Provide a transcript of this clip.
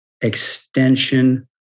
extension